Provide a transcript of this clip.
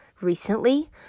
recently